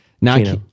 Now